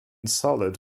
solid